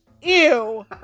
Ew